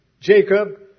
Jacob